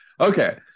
Okay